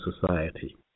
society